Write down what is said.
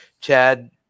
Chad